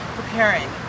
preparing